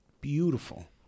Beautiful